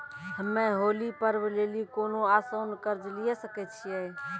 हम्मय होली पर्व लेली कोनो आसान कर्ज लिये सकय छियै?